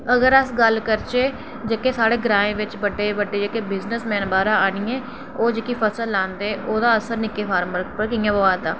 अगर अस गल्ल करचै जेह्के साढ़े ग्राएं बिच बड्डे बड्डे जेह्के बिजनसमैन बाह्रां आह्नियै ओह् जेह्की फसल लांदे ओह् दा असर निक्के निक्के फार्मर उप्पर कि'यां पौंदा दा